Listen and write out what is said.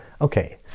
okay